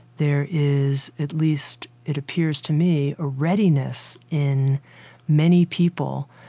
there is at least, it appears to me, a readiness in many people,